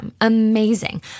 Amazing